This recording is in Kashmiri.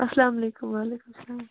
اسلام علیکُم وعلیکُم سلام